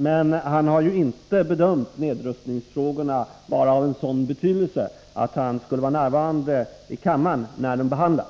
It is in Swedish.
Men han har inte bedömt nedrustningsfrågorna vara av sådan betydelse att han ansett sig böra vara närvarande i kammaren när de behandlas.